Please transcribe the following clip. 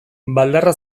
baldarra